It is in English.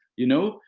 you know.